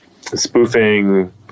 spoofing